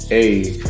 Hey